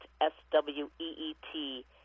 S-W-E-E-T